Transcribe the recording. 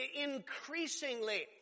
increasingly